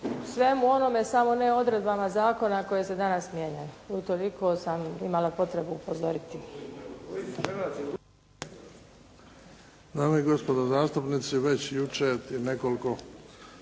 svemu onome, samo ne odredbama zakona koje se danas mijenjaju. Utoliko sam imala potrebu upozoriti.